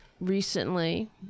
recently